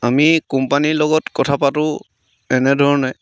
আমি কোম্পানীৰ লগত কথা পাতোঁ এনেধৰণে